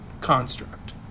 construct